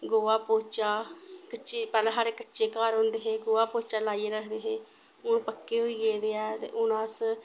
गोहा पौचा कच्चे पैह्ले साढ़े कच्चे घर होंदे हे गोहा पौचा लाइयै रखदे हे हून पक्के होई गेदे ऐ ते हून अस